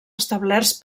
establerts